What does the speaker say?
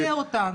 אתה מטעה אותנו.